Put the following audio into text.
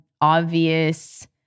obvious